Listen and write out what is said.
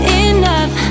enough